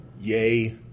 Yay